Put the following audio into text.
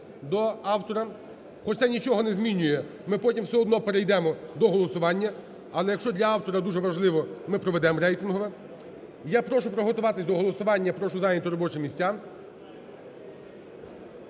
до автора, хоч це нічого не змінює. Ми потім все одно перейдемо до голосування. Але, якщо для автора дуже важливо, ми проведемо рейтингове. Я прошу приготуватись до голосування, прошу зайняти робочі місця.